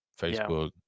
Facebook